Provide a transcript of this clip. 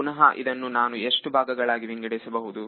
ಪುನಹ ಇದನ್ನು ನಾನು ಎಷ್ಟು ಭಾಗಗಳಾಗಿ ವಿಂಗಡಿಸಬಹುದು